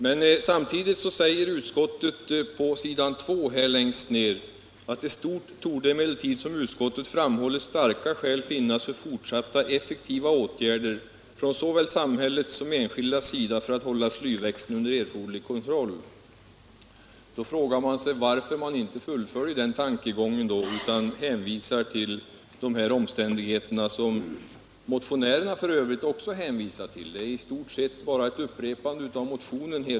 Men samtidigt skriver utskottet längst ned på s. 2 i betänkandet: ”I stort torde emellertid som utskottet framhållit starka skäl finnas för fortsatta effektiva åtgärder från såväl samhällets som enskildas sida för att hålla slyväxten under erforderlig kontroll.” Då frågar man sig varför man inte fullföljer den tankegången utan hänvisar till omständigheter som f. ö. också vi motionärer hänvisar till. Hela utskottets betänkande är i stort sett bara ett upprepande av motionen.